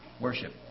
worship